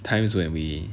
times when we